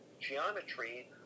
geometry